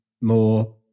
more